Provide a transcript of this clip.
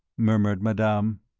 murmured madame.